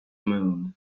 moon